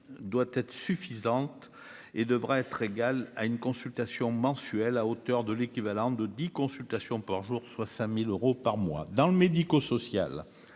doit être suffisante et devrait être égale à une consultation mensuelle à hauteur de l'équivalent de 10 consultations par jour, soit 5000 euros par mois dans le médico-social,